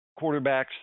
quarterbacks